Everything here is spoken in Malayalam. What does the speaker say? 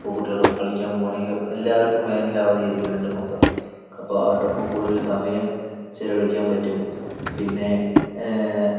ഇപ്പോൾ കുട്ടികളുടെ ഒപ്പം കളിക്കാൻ പോവുകയാണെങ്കിലും എല്ലാവർക്കും വേനൽ അവധിയായിരിക്കും രണ്ട് മാസം അപ്പോൾ അവരുടൊപ്പം കൂടുതൽ സമയം ചെലവഴിക്കാൻ പറ്റും പിന്നെ